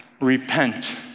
repent